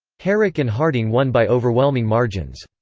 herrick and harding won by overwhelming margins.